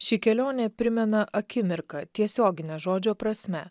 ši kelionė primena akimirką tiesiogine žodžio prasme